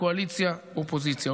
קואליציה-אופוזיציה.